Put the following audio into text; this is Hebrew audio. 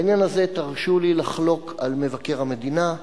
בעניין הזה תרשו לי לחלוק על מבקר המדינה.